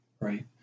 right